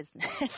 business